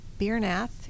Birnath